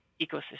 ecosystem